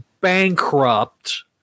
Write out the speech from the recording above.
bankrupt